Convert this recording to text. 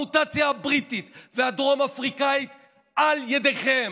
המוטציה הבריטית והדרום אפריקאית על ידיכם.